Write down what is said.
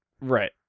Right